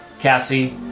Cassie